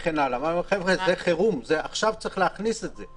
אמרנו: חבר'ה, זה חירום, עכשיו צריך להכניס את זה.